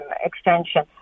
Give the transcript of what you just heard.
extension